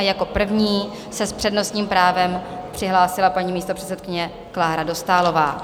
Jako první se přednostním právem přihlásila paní místopředsedkyně Klára Dostálová.